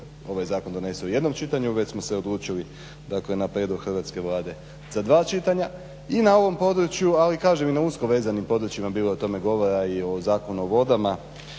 ovaj zakon donese u jednom čitanju, već smo se odlučili na prijedlog hrvatske Vlade za dva čitanja i na ovom području ali kažem i na usko vezanim područjima bilo je o tome govora a i prijedlogu da